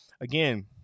again